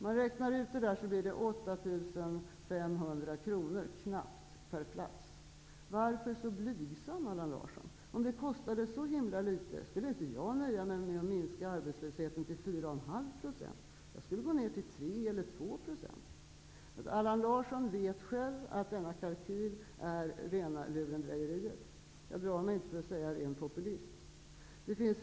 Det blir knappt 8 500 kronor per plats. Varför vara så blygsam, Allan Larsson? Om det kostade så himla litet, skulle jag inte nöja mig med att minska arbetslösheten till 4,5 %. Jag skulle gå ner till 3 Allan Larsson vet att denna kalkyl är rena lurendrejeriet. Jag drar mig inte för att säga att det är fråga om ren populism.